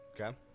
Okay